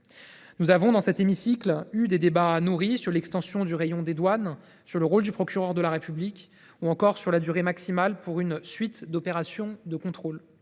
Nous avons eu, dans cet hémicycle, des débats nourris sur l’extension du rayon des douanes, sur le rôle du procureur de la République, ou encore sur la durée maximale pour une suite d’opérations de contrôle.